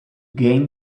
gain